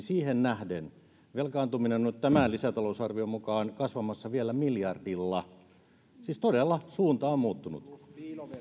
siihen nähden velkaantuminen on tämän lisätalousarvion mukaan kasvamassa vielä miljardilla siis todella suunta on muuttunut